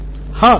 professor हाँ